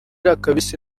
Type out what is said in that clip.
akabisi